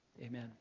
Amen